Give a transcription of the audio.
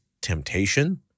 temptation